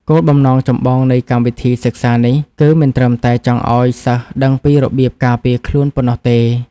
គោលបំណងចម្បងនៃកម្មវិធីសិក្សានេះ គឺមិនត្រឹមតែចង់ឱ្យសិស្សដឹងពីរបៀបការពារខ្លួនប៉ុណ្ណោះទេ។